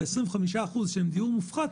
ב-25% של דיור מופחת,